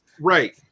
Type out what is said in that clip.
right